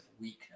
weakness